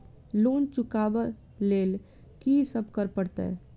Loan चुका ब लैल की सब करऽ पड़तै?